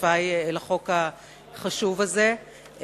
שותפי לחוק החשוב הזה,